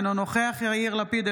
אינו נוכח יאיר לפיד,